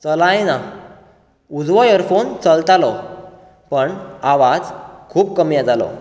चलय ना उजवो इयरफोन चलतालो पण आवाज खूब कमी येतालो